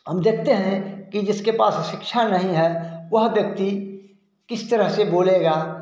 हम देखते हैं कि जिसके पास शिक्षा नहीं है वह व्यक्ति किस तरह से बोलेगा